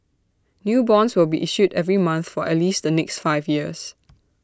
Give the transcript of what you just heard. new bonds will be issued every month for at least the next five years